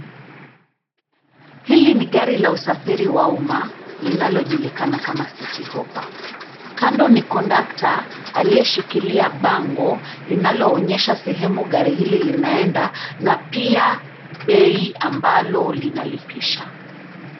Hili ni gari la usafiri wa umma linalojulikana kama City Hoppa. Kando, kuna kondakta aliyeshikilia bango linaloonyesha sehemu gari hili linaenda na pia bei ambayo inatozwa.